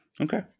Okay